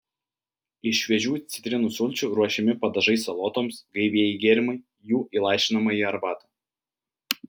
iš šviežių citrinų sulčių ruošiami padažai salotoms gaivieji gėrimai jų įlašinama į arbatą